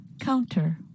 counter